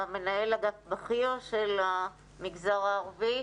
מנהל אגף בכיר של המגזר הערבי.